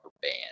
band